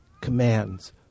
commands